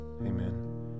Amen